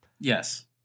Yes